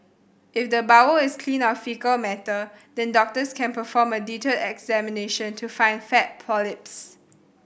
if the bowel is clean of faecal matter then doctors can perform a detailed examination to find flat polyps